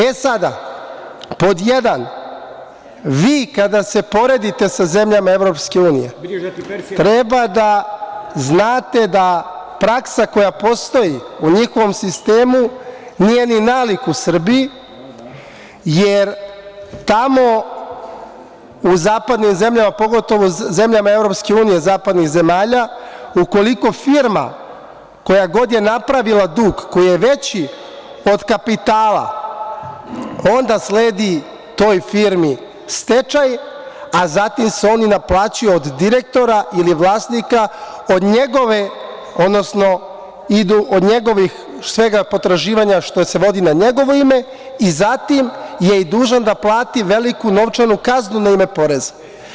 E sada, pod jedan, vi kada se poredite sa zemljama EU treba da znate da praksa koja postoji u njihovom sistemu nije ni nalik u Srbiji, jer u zapadnim zemljama, pogotovo u zapadnim zemljama EU, koja god je firma napravila dug koji je veći od kapitala, onda sledi toj firmi stečaj, a zatim se oni naplaćuju od direktora ili vlasnika, odnosno ide od njegovih potraživanja što se vodi na njegovo ime i zatim je i dužan da plati veliku novčanu kaznu na ime poreza.